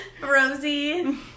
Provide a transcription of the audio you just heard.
Rosie